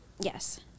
Yes